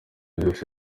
byose